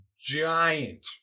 giant